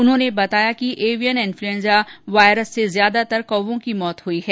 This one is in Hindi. उन्होंने बताया कि एवियन एन्फ्यूएंजा वायरस से ज्यादातर कौवें की मृत्यु हुई है